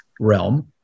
realm